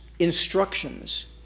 instructions